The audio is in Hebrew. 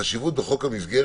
יש חשיבות רבה בחוק המסגרת